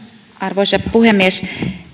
arvoisa puhemies